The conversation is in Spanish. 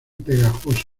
pegajoso